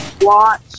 watch